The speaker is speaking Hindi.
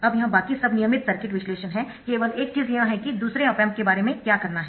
अब यह बाकी सब नियमित सर्किट विश्लेषण है केवल एक चीज यह है कि दूसरे ऑप एम्प के बारे में क्या करना है